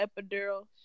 epidural